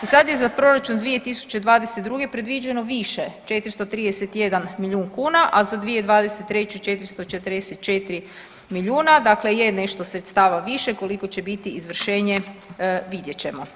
I sad je za proračun 2022. predviđeno više 431 milijun kuna, a za 2023. 444 milijuna, dakle je nešto sredstava više, koliko će biti izvršenje vidjet ćemo.